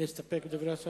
להסתפק בדברי השר?